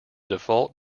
default